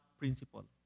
principle